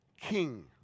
King